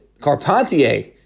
Carpentier